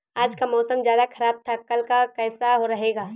आज का मौसम ज्यादा ख़राब था कल का कैसा रहेगा?